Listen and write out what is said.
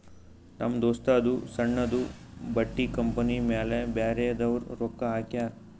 ನಮ್ ದೋಸ್ತದೂ ಸಣ್ಣುದು ಬಟ್ಟಿ ಕಂಪನಿ ಮ್ಯಾಲ ಬ್ಯಾರೆದವ್ರು ರೊಕ್ಕಾ ಹಾಕ್ಯಾರ್